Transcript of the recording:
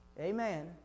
Amen